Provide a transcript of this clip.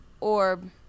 orb